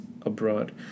abroad